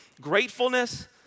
gratefulness